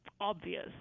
obvious